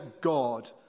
God